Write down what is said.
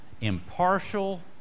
impartial